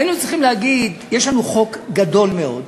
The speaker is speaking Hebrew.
היינו צריכים להגיד: יש לנו חוק גדול מאוד,